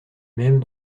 même